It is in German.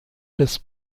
des